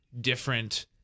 different